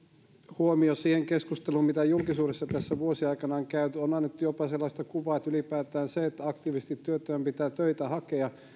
huomio siihen keskusteluun mitä julkisuudessa tässä vuosien aikana on käyty on annettu jopa sellaista kuvaa että ylipäätään se että aktiivisesti työttömän pitää töitä hakea